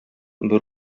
бер